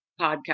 podcast